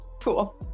Cool